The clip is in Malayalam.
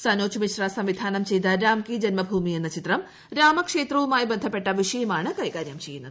സനോജ് മിശ്ര സംവിധാനം ചെയ്ത രാംകീ ജന്മഭൂമി എന്ന ചിത്രം രാമക്ഷേത്രവുമായി ബന്ധപ്പെട്ട വിഷയമാണ് കൈകാര്യം ചെയ്യുന്നത്